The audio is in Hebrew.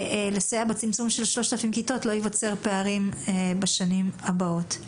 בצמצום המחסור של 3,000 כיתות לא ייווצרו פערים בשנים הבאות.